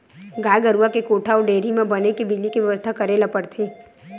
गाय गरूवा के कोठा अउ डेयरी म बने बिजली के बेवस्था करे ल परथे